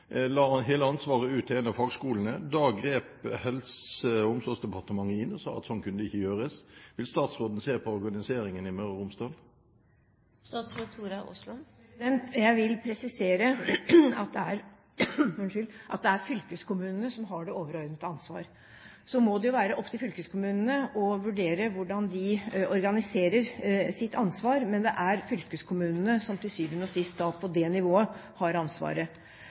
la hele ansvaret ut til en av fagskolene. Da grep Helse- og omsorgsdepartementet inn og sa at slik kunne det ikke gjøres. Vil statsråden se på organiseringen i Møre og Romsdal? Jeg vil presisere at det er fylkeskommunene som har det overordnede ansvar. Så må det være opp til fylkeskommunene å vurdere hvordan de organiserer sitt ansvar, men det er fylkeskommunene som til syvende og sist har ansvaret på det nivået.